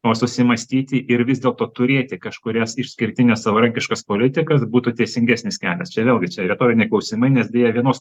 o susimąstyti ir vis dėlto turėti kažkurias išskirtines savarankiškas politikas būtų teisingesnis kelias čia vėlgi čia retoriniai klausimai nes deja vienos